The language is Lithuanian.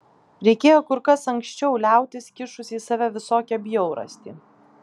reikėjo kur kas anksčiau liautis kišus į save visokią bjaurastį